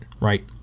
right